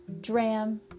Dram